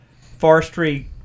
Forestry